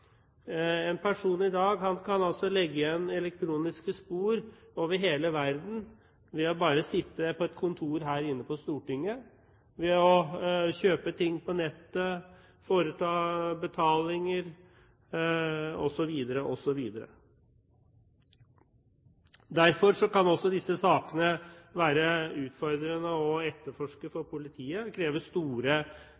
en type grenseløs kriminalitet. En person kan i dag altså legge igjen elektroniske spor over hele verden ved bare å sitte på et kontor her på Stortinget, ved å kjøpe ting på nettet, foreta betalinger, osv. Derfor kan også disse sakene være utfordrende å etterforske for